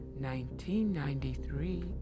1993